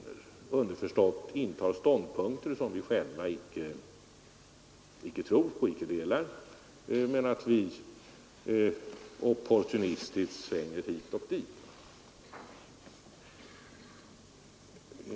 Det är underförstått att vi intar ståndpunkter som vi själva icke delar och att vi opportunistiskt svänger hit och dit.